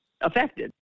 affected